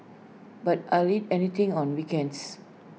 but I'd eat anything on weekends